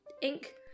Ink